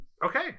Okay